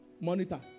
monitor